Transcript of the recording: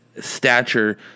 stature